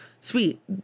Sweet